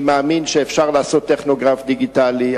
אני מאמין שאפשר לעשות טכוגרף דיגיטלי,